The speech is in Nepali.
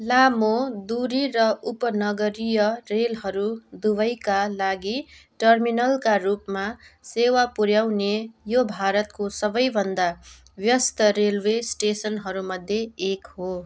लामो दुरी र उपनगरीय रेलहरू दुवैका लागि टर्मिनलका रूपमा सेवा पुऱ्याउने यो भारतको सबैभन्दा व्यस्त रेलवे स्टेसनहरूमध्ये एक हो